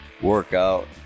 workout